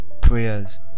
prayers